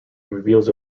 reveals